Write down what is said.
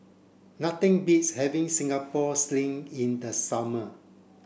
nothing beats having Singapore sling in the summer